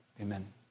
amen